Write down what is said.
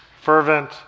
fervent